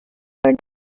draw